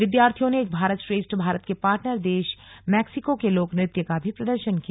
विद्यार्थियों ने एक भारत श्रेष्ठ भारत के पार्टनर देश मैक्सिको के लोक नृत्य का भी प्रदर्शन किया